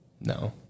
No